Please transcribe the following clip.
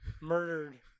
murdered